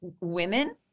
women